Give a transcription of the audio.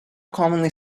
commonly